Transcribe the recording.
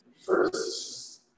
First